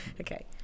Okay